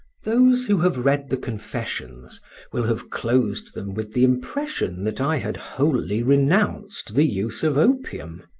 those who have read the confessions will have closed them with the impression that i had wholly renounced the use of opium.